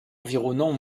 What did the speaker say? environnant